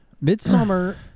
Midsummer